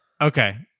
Okay